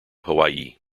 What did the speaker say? hawaii